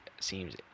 seems